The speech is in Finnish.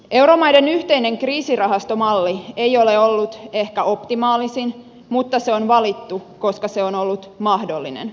euromaiden yhteinen kriisirahastomalli ei ole ollut ehkä optimaalisin mutta se on valittu koska se on ollut mahdollinen